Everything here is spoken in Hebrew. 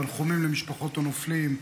תנחומים למשפחות הנופלים,